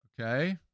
okay